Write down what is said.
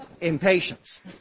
impatience